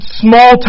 small